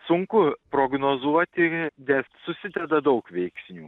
sunku prognozuoti nes susideda daug veiksnių